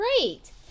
great